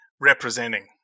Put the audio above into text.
representing